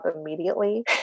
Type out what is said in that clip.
immediately